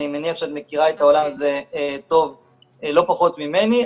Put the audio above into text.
אני מניח שאת מכירה את העולם הזה טוב לא פחות ממני,